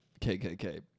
KKK